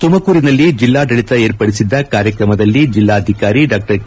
ತುಮಕೂರಿನಲ್ಲಿ ಜಿಲ್ಲಾಡಳಿತ ವಿರ್ಪಡಿಸಿದ್ದ ಕಾರ್ಯಕ್ರಮದಲ್ಲಿ ಜಿಲ್ಲಾಧಿಕಾರಿ ಡಾ ಕೆ